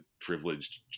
privileged